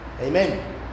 Amen